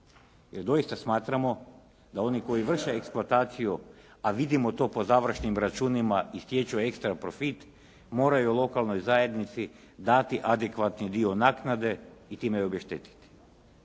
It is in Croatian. jer doista smatramo da oni koji vrše eksplataciju, a vidimo to po završnim računima i stječu ekstra profit moraju lokalnoj zajednici dati adekvatni dio naknade i time je obeštetiti.